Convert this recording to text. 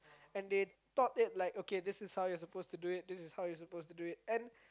and they taught it like okay this is how you suppose to do it this is how you suppose to do it and